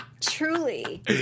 Truly